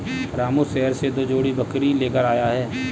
रामू शहर से दो जोड़ी बकरी लेकर आया है